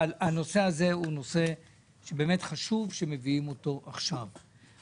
באמת חשוב שמביאים את הנושא הזה עכשיו.